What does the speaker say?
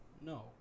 No